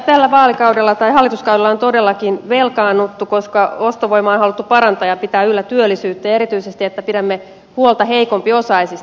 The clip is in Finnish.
tällä vaalikaudella tai hallituskaudella on todellakin velkaannuttu koska ostovoimaa on haluttu parantaa ja pitää yllä työllisyyttä ja erityisesti pitää huolta heikompiosaisista